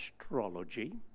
Astrology